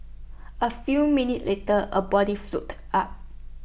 A few minutes later A body floated up